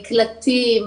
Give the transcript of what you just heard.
מקלטים,